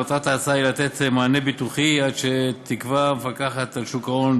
מטרתה היא לתת מענה ביטוחי עד שתקבע המפקחת על שוק ההון,